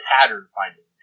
pattern-finding